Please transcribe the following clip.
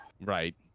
Right